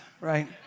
right